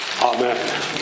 Amen